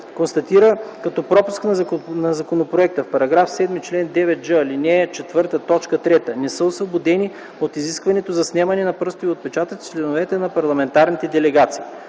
Констатира като пропуск на законопроекта в § 7, чл. 9ж, ал. 4, т. 3 – не са освободени от изискването за снемане на пръстови отпечатъци членовете на парламентарните делегации.